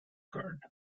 card